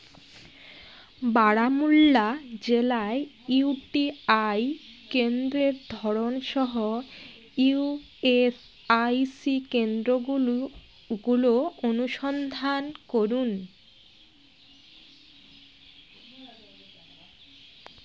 বারামুল্লা জেলায় U T I কেন্দ্রের ধরনসহ ই এস আই সি কেন্দ্রগুলু গুলো অনুসন্ধান করুন